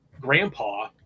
grandpa